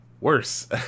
worse